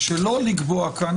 שלא לקבוע כאן,